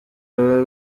baba